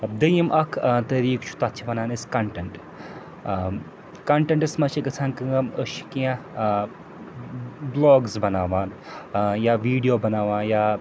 ٲں دوٚیِم اَکھ ٲں طریٖقہٕ چھُ تَتھ چھِ وَنان أسۍ کۄنٹیٚنٛٹ ٲں کۄنٹیٚنٛٹَس منٛز چھِ گژھان کٲم أسۍ چھِ کیٚنٛہہ ٲں بٕلاگٕس بَناوان ٲں یا ویٖڈیو بَناوان یا